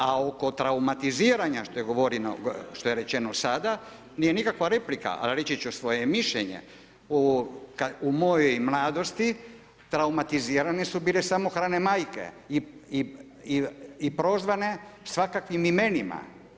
A oko traumatiziranja što je rečeno sada nije nikakva replika ali reći ću svoje mišljenje, u mojoj mladosti traumatizirane su bile samohrane majke i prozvane svakakvim imenima.